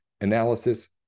analysis